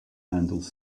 handles